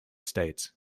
states